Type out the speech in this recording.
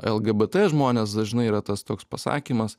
lgbt žmones dažnai yra tas toks pasakymas